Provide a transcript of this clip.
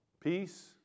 Peace